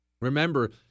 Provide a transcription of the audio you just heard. Remember